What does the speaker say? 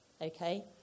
Okay